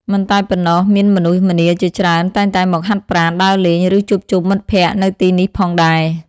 មិនតែប៉ុណ្ណោះ មានមនុស្សម្នាជាច្រើនតែងតែមកហាត់ប្រាណ ដើរលេង ឬជួបជុំមិត្តភក្តិនៅទីនេះផងដែរ។